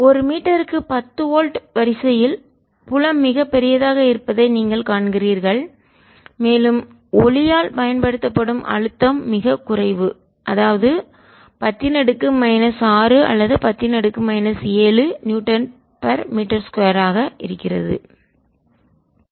ஒரு மீட்டருக்கு 10 வோல்ட் வரிசையில் புலம் மிகப் பெரியதாக இருப்பதை நீங்கள் காண்கிறீர்கள் மேலும் ஒளியால் பயன்படுத்தப்படும் அழுத்தம் மிகக் குறைவுஅதாவது 10 6 அல்லது 10 7 Nm2